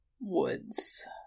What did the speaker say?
woods